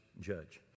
judge